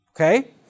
okay